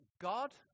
God